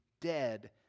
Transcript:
dead